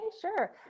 sure